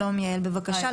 שלום יעל בבקשה,